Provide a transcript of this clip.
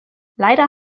leider